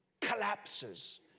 collapses